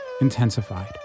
intensified